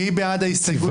מי בעד ההסתייגות?